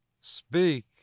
speak